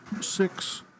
six